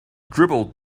dribbled